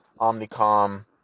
Omnicom